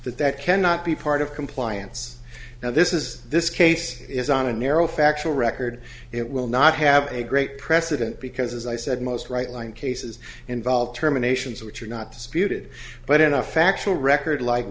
that cannot be part of compliance now this is this case is on a narrow factual record it will not have a great precedent because as i said most write line cases involve terminations which are not disputed but in a factual record like